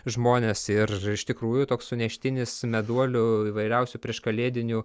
žmonės ir iš tikrųjų toks suneštinis meduolių įvairiausių prieškalėdinių